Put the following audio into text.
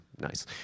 Nice